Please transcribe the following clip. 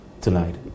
tonight